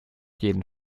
jeden